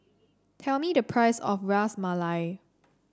tell me the price of Ras Malai